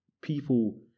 people